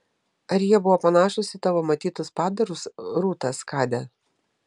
ai jie buvo panašūs į tavo matytus padarus rūta skade